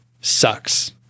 sucks